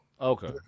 Okay